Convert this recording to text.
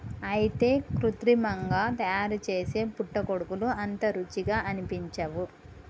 అయితే కృత్రిమంగా తయారుసేసే పుట్టగొడుగులు అంత రుచిగా అనిపించవు